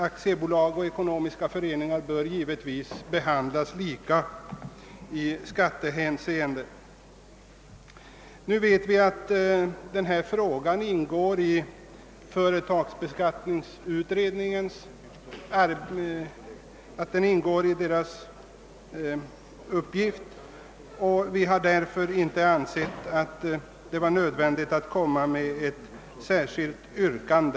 Aktiebolag och ekonomiska föreningar bör självfallet behandlas lika i skattehänseende. Eftersom denna fråga ingår i företagsskatteutredningens arbetsuppgifter har vi emellertid inte ansett det nöd vändigt att nu ställa något särskilt yrkande.